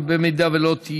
אם לא תהיה,